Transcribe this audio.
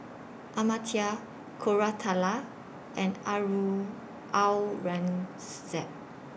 Amartya Koratala and Aurangzeb